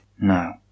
No